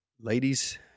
ladies